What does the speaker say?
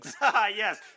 Yes